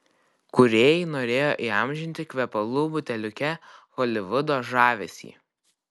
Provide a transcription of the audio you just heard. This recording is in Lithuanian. kūrėjai norėjo įamžinti kvepalų buteliuke holivudo žavesį